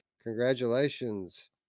Congratulations